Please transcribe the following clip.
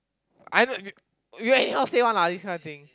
I know you you anyhow say one lah this kind of thing